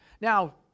Now